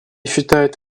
считает